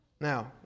Now